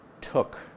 took